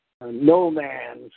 no-man's